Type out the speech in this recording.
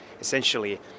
essentially